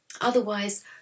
Otherwise